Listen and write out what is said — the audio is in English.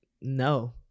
No